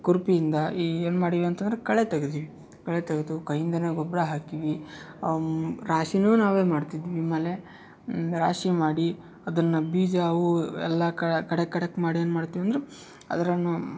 ಕುರ್ಪಿ ಇಂದ ಈ ಏನು ಮಾಡೀವಿ ಅಂತಂದ್ರೆ ಕಳೆ ತೆಗೆದೀವಿ ಕಳೆ ತೆಗೆದು ಕೈಯಿಂದಲೇ ಗೊಬ್ಬರ ಹಾಕೀವಿ ರಾಶಿನು ನಾವೇ ಮಾಡ್ತಿದ್ವಿ ಆಮೇಲೆ ರಾಶಿ ಮಾಡಿ ಅದನ್ನು ಬೀಜ ಅವು ಎಲ್ಲ ಖಡಕ್ ಖಡಕ್ ಮಾಡಿ ಏನು ಮಾಡ್ತೀವಿ ಅಂದ್ರೆ ಆದರೂ